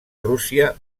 rússia